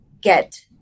get